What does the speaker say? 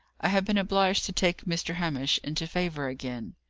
i have been obliged to take mr. hamish into favour again.